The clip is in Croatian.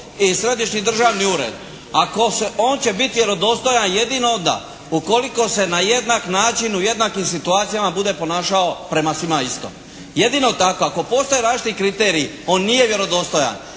i Središnji državni ured. Ako se, on će biti vjerodostojan jedino onda ukoliko se na jednak način u jednakim situacijama bude ponašao prema svima isto. Jedino tako. Ako postoje različiti kriteriji on nije vjerodostojan.